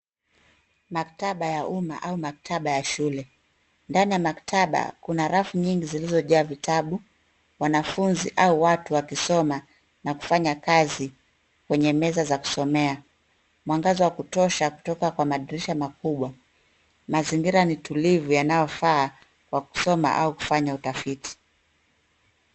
Maktaba ya umma au maktaba ya shule. Ndani ya maktaba kuna rafu nyingi zilizojaa vitabu. Wanafuzi au watu wakisoma na kufanya kazi kwenye meza za kusomea. Mwangaza wa kutosha kutoka kwa madirisha makubwa. Mazingira ni tulivu yanayofaa wa kusomo au kufanya utafiti.